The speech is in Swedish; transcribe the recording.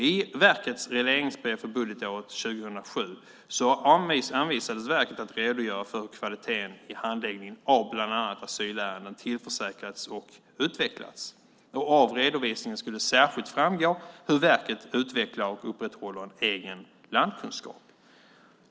I verkets regleringsbrev för budgetåret 2007 uppmanades verket att redogöra för hur kvaliteten i handläggningen av bland annat asylärenden tillförsäkrades och utvecklades. Av redovisningen skulle särskilt framgå hur verket utvecklar och upprätthåller en egen landkunskap.